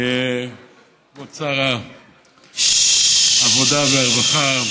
כבוד שר העבודה והרווחה,